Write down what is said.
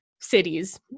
cities